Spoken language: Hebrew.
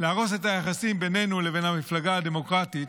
להרוס את היחסים בינינו לבין המפלגה הדמוקרטית.